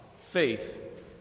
faith